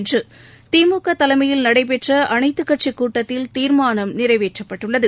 என்று திமுக தலைமையில் நடைபெற்ற அனைத்துக் கட்சிக் கூட்டத்தில் தீர்மானம் நிறைவேற்றப்பட்டுள்ளது